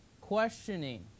questioning